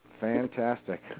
Fantastic